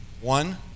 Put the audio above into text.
One